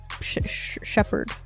shepherd